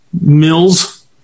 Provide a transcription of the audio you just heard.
mills